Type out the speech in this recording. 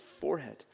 forehead